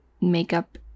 makeup